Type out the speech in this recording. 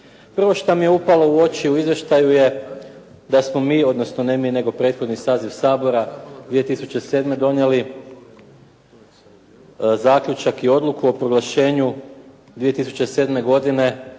Prvo što mi je upalo u oči u izvještaju je da smo mi, odnosno ne mi, nego prethodni saziv Sabora 2007. donijeli zaključak i odluku o proglašenju 2007. godine